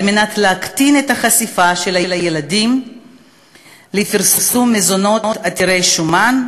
על מנת להקטין את החשיפה של הילדים לפרסום מזונות עתירי שומן,